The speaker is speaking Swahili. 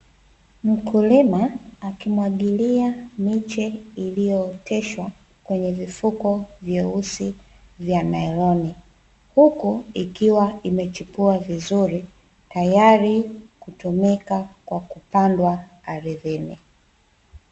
Mkulima akimwagilia miche iliyooteshwa kwenye vifuko vyeusi vya nailoni. Huku ikiwa imechipua vizuri, tayari kutumika kwa kupandwa ardhini.